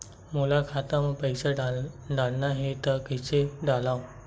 मोर खाता म पईसा डालना हे त कइसे डालव?